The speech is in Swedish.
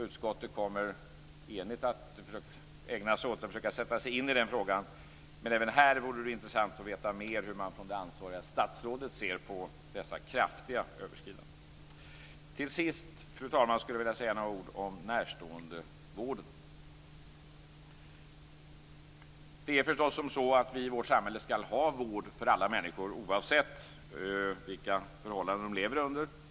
Utskottet kommer att ägna sig åt att försöka sätta sig in i den frågan. Men även här vore det intressant att få veta mer om hur det ansvariga statsrådet ser på dessa kraftiga överskridanden. Till sist, fru talman, skulle jag vilja säga några ord om närståendevården. Det är förstås som så att vi i vårt samhälle skall ha tillgång till vård för alla människor, oavsett vilka förhållanden de lever under.